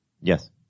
Yes